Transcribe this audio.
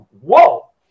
Whoa